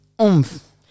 oomph